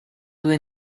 due